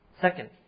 Second